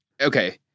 Okay